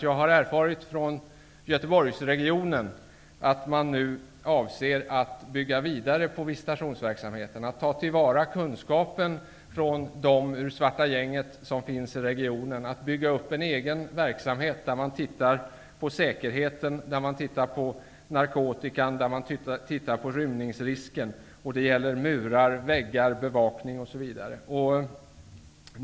Jag har erfarit från Göteborgsregionen att man nu avser att bygga vidare på visitationsverksamheten, att ta till vara kunskapen från personer ur regionens ''svarta gäng''. Man skall bygga upp en egen verksamhet, där man ser på säkerheten, narkotikan och rymningsrisken. Det gäller murar, väggar, bevakning osv.